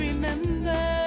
Remember